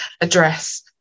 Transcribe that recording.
address